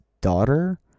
daughter